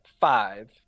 five